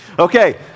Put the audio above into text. Okay